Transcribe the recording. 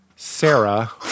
Sarah